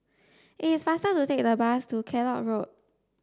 it is faster to take the bus to Kellock Road